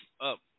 up